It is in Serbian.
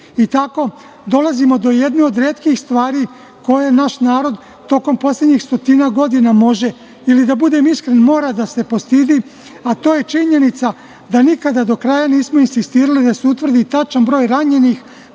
dolazimo do jedne od retkih stvari koje naš narod tokom poslednjih stotinak godina može, ili, da budem iskren, mora da se postidi, a to je činjenica da nikada do kraja nismo insistirali da se utvrdi tačan broj ranjenih,